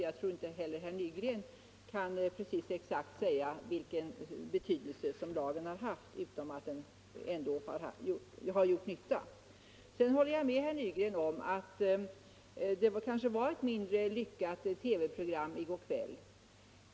Jag tror inte heller att herr Nygren kan exakt säga vilken betydelse lagen har haft - förutom att den ändå har gjort nytta. Sedan håller jag med herr Nygren om att det kanske var ett mindre lyckat TV-program i går kväll.